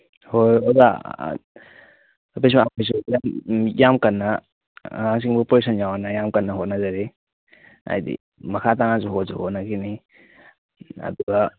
ꯍꯣꯏ ꯍꯣꯏ ꯑꯣꯖꯥ ꯑꯩꯈꯣꯏꯁꯨ ꯌꯥꯝ ꯀꯟꯅ ꯑꯉꯥꯡꯁꯤꯡꯕꯨ ꯄꯣꯖꯤꯁꯟ ꯌꯥꯎꯅꯉꯥꯏ ꯌꯥꯝ ꯀꯟꯅ ꯍꯣꯠꯅꯖꯔꯤ ꯍꯥꯏꯗꯤ ꯃꯈꯥ ꯇꯥꯅꯁꯨ ꯍꯣꯠꯁꯨ ꯍꯣꯠꯅꯈꯤꯅꯤ ꯑꯗꯨꯒ